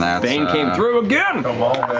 um bane came through again. and